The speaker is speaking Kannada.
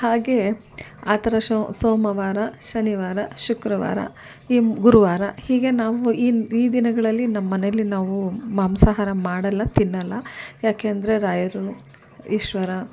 ಹಾಗೆ ಆ ಥರ ಶೊ ಸೋಮವಾರ ಶನಿವಾರ ಶುಕ್ರವಾರ ಈ ಗುರುವಾರ ಹೀಗೆ ನಾವು ಈ ದಿ ಈ ದಿನಗಳಲ್ಲಿ ನಮ್ಮನೆಯಲ್ಲಿ ನಾವು ಮಾಂಸಹಾರ ಮಾಡೋಲ್ಲ ತಿನ್ನೋಲ್ಲ ಯಾಕೆಂದರೆ ರಾಯರು ಈಶ್ವರ